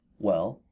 well,